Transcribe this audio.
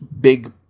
big